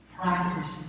practice